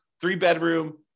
three-bedroom